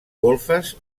golfes